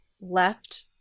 left